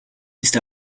ist